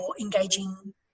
engaging